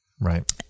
Right